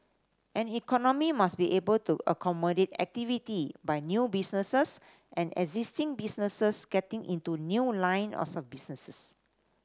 an economy must be able to accommodate activity by new businesses and existing businesses getting into new line of businesses